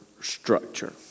structure